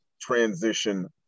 transition